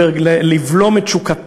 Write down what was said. מה זו התשוקה